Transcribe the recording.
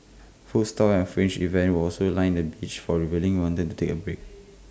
food stalls and fringe events will also line the beach for revealing wanted to take A break